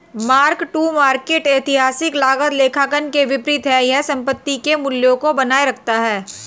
mark to market ऐतिहासिक लागत लेखांकन के विपरीत है यह संपत्ति के मूल्य को बनाए रखता है